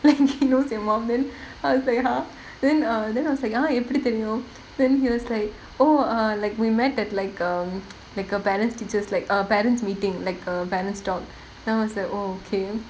and he knows your mum then !huh! say !huh! then err then I was like ah எப்படி தெரியும்:eppadi theriyum then he was like oh uh like we met at like um like a parents teachers like err parents meeting like a parent's talk then I was like oh okay and then